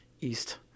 east